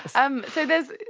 um so there